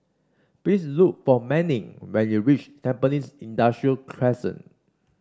please look for Manning when you reach Tampines Industrial Crescent